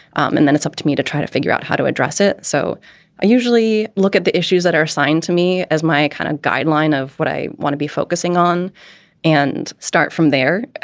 um and then it's up to me to try to figure out how to address it. so i usually look at the issues that are assigned to me as my kind of guideline of what i want to be focusing on and start from there.